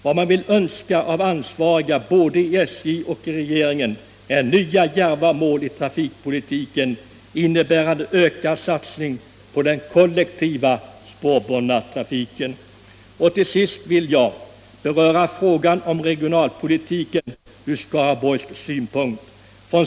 Vad man vill önska av ansvariga både i SJ och i regeringen är nya djärva mål i trafikpolitiken, innebärande ökad satsning på den kollektiva, debatt Allmänpolitisk debatt spårbundna trafiken. Och till sist vill jag beröra frågan om regionalpolitiken ur Skaraborgs synpunkt.